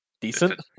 decent